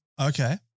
Okay